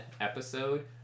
episode